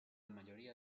mayoría